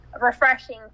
refreshing